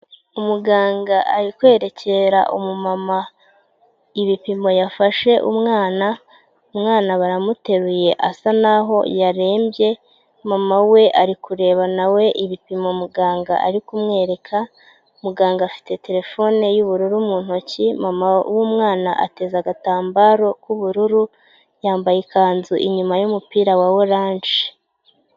Umuganga ari kwerekera umamama ibipimo yafashe umwana, umwana baramuteruye, asa naho yarembye, mama we ari kureba nawe ibipimo muganga ari kumwereka, muganga afite terefone y'ubururu mu ntoki, mama w'umwana ateze agatambaro k'ubururu, yambaye ikanzu inyuma y'umupira wa oranje.